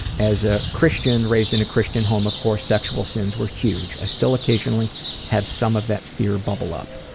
as a christian raised in a christian home of course sexual sins were huge. i still occasionally have some of that fear bubble up.